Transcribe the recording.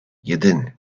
jedyny